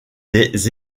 des